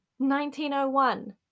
1901